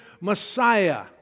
Messiah